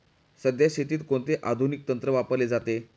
सध्या शेतीत कोणते आधुनिक तंत्र वापरले जाते?